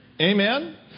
Amen